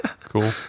cool